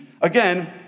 again